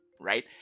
right